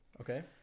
Okay